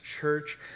church